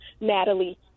Natalie